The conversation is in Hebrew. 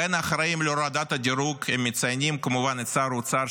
בין האחראים להורדת הדירוג הם מציינים כמובן את השר אוצר,